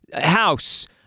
House